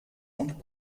und